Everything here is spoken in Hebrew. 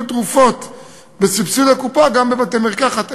תרופות בסבסוד הקופה גם בבתי-מרקחת אלו.